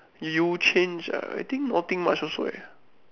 you change ah I think nothing much also eh